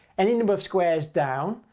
any number of squares down,